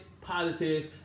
positive